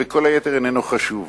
וכל היתר איננו חשוב.